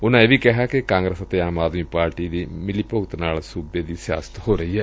ਉਨੂਾ ਇਹ ਵੀ ਕਿਹਾ ਕਿ ਕਾਗਰਸ ਅਤੇ ਆਮ ਆਦਮੀ ਪਾਰਟੀ ਦੇ ਮਿਲੀ ਭੁਗਤ ਨਾਲ ਸੂਬੇ ਦੀ ਸਿਆਸਤ ਹੋ ਰਹੀ ਏ